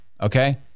okay